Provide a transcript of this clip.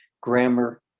grammar